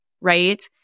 right